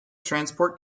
transport